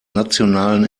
nationalen